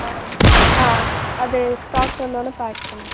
ஆ ஆ அது ஸ்டாக் வந்தோடன பேக் பண்ணி